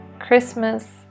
Christmas